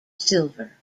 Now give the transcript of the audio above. silver